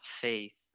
faith